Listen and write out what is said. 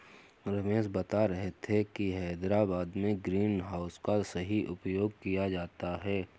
रमेश बता रहे थे कि हैदराबाद में ग्रीन हाउस का सही उपयोग किया जाता है